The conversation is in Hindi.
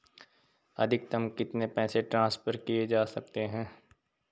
अधिकतम कितने पैसे ट्रांसफर किये जा सकते हैं?